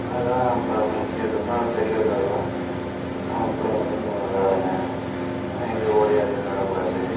அதுதான் இப்ப முக்கியத்துவமாக இந்த பெரியவர்கள்லாம் நம்ம பிள்ளைங்களுக்கு இந்தமாதிரி விளையாடுங்க இங்கே ஓடி ஆடி விளையாடக்கூடாது